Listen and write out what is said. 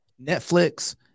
Netflix